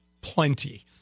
plenty